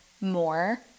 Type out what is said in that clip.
more